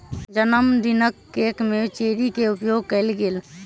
जनमदिनक केक में चेरी के उपयोग कएल गेल